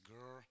girl